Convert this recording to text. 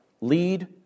lead